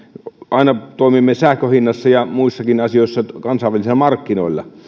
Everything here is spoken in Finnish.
aina toimimme sähkön hinnassa ja muissakin asioissa kansainvälisillä markkinoilla